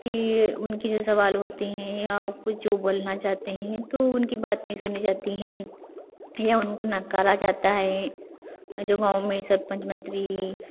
कि उनके जो सवाल होते हैं या कुछ जो बोलना चाहते हैं तो उनकी बात नहीं सुनी जाती हैं या उनको नकारा जाता हैं जो गाँव में सरपंच मंत्री